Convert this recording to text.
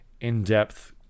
in-depth